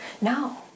No